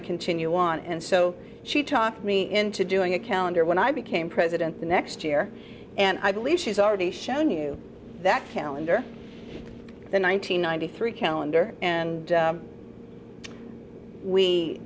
to continue on and so she talked me into doing a calendar when i became president the next year and i believe she's already shown you that calendar the one nine hundred ninety three calendar and